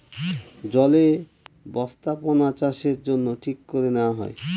জলে বস্থাপনাচাষের জন্য ঠিক করে নেওয়া হয়